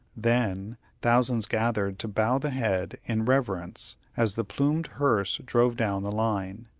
then thousands gathered to bow the head in reverence as the plumed hearse drove down the line.